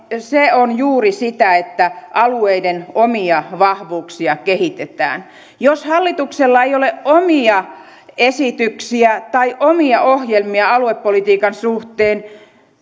se on juuri sitä että alueiden omia vahvuuksia kehitetään jos hallituksella ei ole omia esityksiä tai omia ohjelmia aluepolitiikan suhteen